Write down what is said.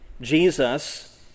Jesus